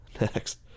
Next